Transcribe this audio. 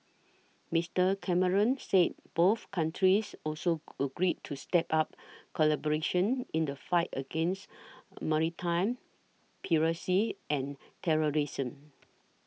Mister Cameron said both countries also agreed to step up collaboration in the fight against maritime piracy and terrorism